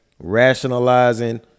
Rationalizing